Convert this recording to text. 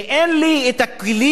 שאין לי הכלים,